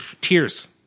Tears